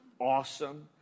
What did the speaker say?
awesome